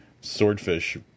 Swordfish